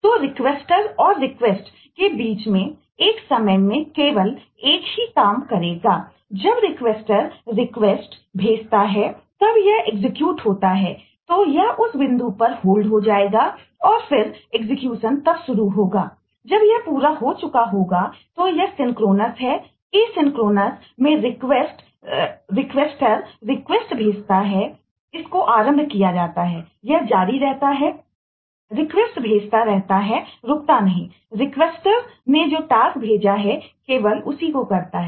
तो रिक्वेस्टर्स भेजा है केवल उसी को करता है